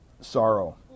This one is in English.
sorrow